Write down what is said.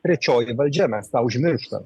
trečioji valdžia mes tą užmirštam